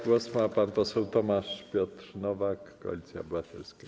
Głos ma pan poseł Tomasz Piotr Nowak, Koalicja Obywatelska.